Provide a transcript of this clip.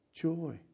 joy